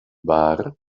bar